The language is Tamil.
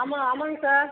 ஆமாம் ஆமாம்ங்க சார்